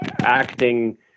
acting